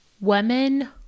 Women